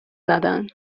زدن